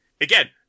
again